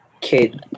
kid